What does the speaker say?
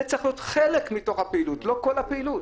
זה צריך להיות חלק מתוך הפעילות, לא כל הפעילות.